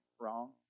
wrong